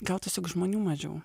gal tiesiog žmonių mažiau